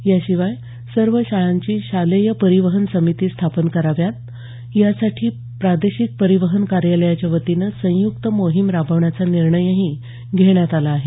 याशिवाय सर्व शाळांनी शालेय परिवहन समिती स्थापन कराव्यात यासाठी प्रादेशिक परिवहन कार्यालयाच्या वतीनं संयुक्त मोहिम राबवण्याचा निर्णयही घेण्यात आला आहे